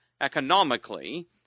economically